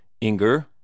Inger